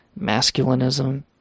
masculinism